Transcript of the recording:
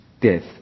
death